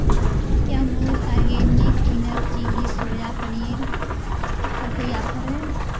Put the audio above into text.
क्या मूज organic peanut chilli soya paneer पर कोई ऑफर है